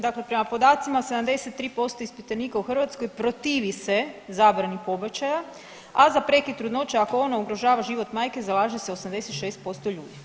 Dakle prema podacima, 73% ispitanika u Hrvatskoj protivi se zabrani pobačaja, a za prekid trudnoće ako ona ugrožava život majke zalaže se 86% ljudi.